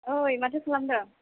ओइ माथो खालामदों